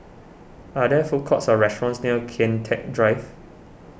are there food courts or restaurants near Kian Teck Drive